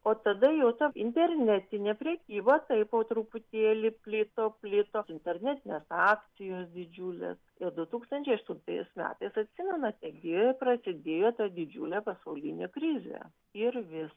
o tada jau ta internetinė prekyba tai po truputėlį plito plito internetinės akcijos didžiulės du tūkstančiai aštuntais metais atsimenate gi prasidėjo ta didžiulė pasaulinė krizė ir vis